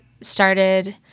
started